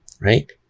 right